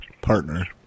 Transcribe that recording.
partner